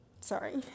Sorry